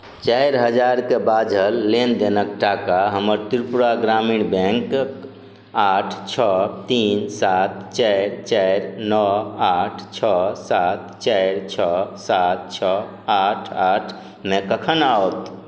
चारि हजारके बाझल लेनदेनक टाका हमर त्रिपुरा ग्रामीण बैँक आठ छओ तीन सात चारि चारि नओ आठ छओ सात चारि छओ सात छओ आठ आठमे कखन आओत